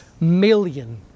million